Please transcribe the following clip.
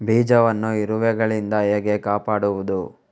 ಬೀಜವನ್ನು ಇರುವೆಗಳಿಂದ ಹೇಗೆ ಕಾಪಾಡುವುದು?